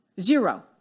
Zero